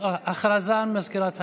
למזכירת הכנסת.